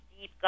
deep